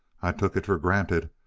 i took it for granted.